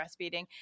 breastfeeding